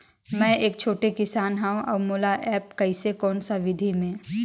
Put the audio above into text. मै एक छोटे किसान हव अउ मोला एप्प कइसे कोन सा विधी मे?